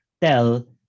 tell